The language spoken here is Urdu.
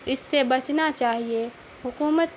اس سے بچنا چاہیے حکومت